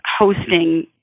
hosting